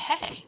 hey